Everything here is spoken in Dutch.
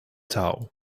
touw